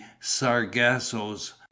sargassos